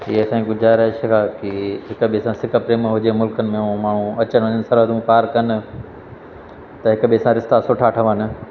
इहे असांजी गुज़ारिश आहे कि हिक ॿिए सां सिक प्रेम हुजे मुल्क़नि में ऐं माण्हू अचनि वञनि सरहदूं पार कनि त हिक ॿिए सां रिश्ता सुठा ठहनि